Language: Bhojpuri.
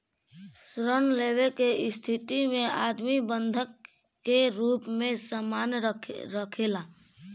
ऋण लेवे के स्थिति में आदमी बंधक के रूप में सामान राखेला